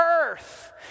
earth